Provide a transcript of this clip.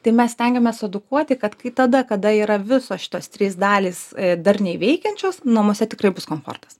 tai mes stengiamės edukuoti kad kai tada kada yra visos šitos trys dalys darniai veikiančios namuose tikrai bus komfortas